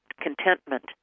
contentment